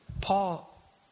Paul